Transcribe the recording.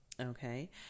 okay